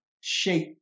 shape